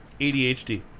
ADHD